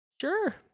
Sure